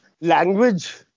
language